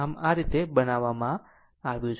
આમ આ રીતે કરવામાં આવ્યું છે